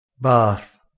bath